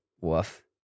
Woof